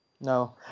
No